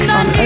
on